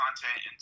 content